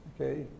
Okay